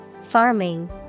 Farming